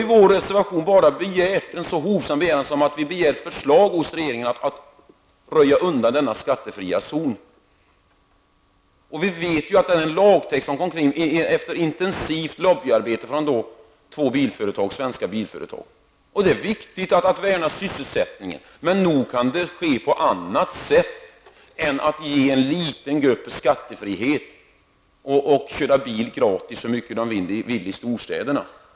I vår reservation framför vi bara en hovsam begäran att regeringen skall lämna förslag för att denna skattefria zon skall kunna undanröjas. Vi vet att denna lagtext kom till efter en intensiv lobbyverksamhet av två svenska bilföretag. Det är viktigt att värna om sysselsättningen, men det kan nog ske på annat sätt än att ge en liten grupp av människor skattefrihet och låta dessa personer gratis köra bil så mycket de vill i storstäderna.